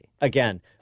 again